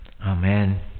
Amen